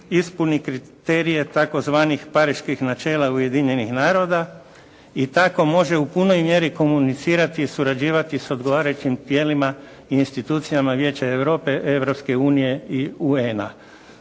ispuni kriterije tzv. pariških načela Ujedinjenih naroda i tako može u punoj mjeri komunicirati i surađivati s odgovarajućim tijelima i institucija Vijeća Europe, Europske